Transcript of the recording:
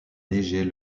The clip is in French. léger